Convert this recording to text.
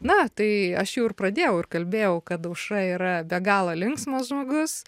na tai aš jau ir pradėjau ir kalbėjau kad aušra yra be galo linksmas žmogus